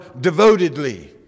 devotedly